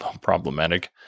problematic